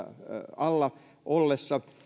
alla ollessa